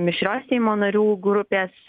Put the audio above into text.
mišrios seimo narių grupės